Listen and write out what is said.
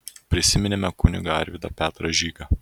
prisiminėme kunigą arvydą petrą žygą